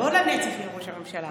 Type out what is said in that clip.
הוא לא לנצח יהיה ראש הממשלה.